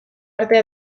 artea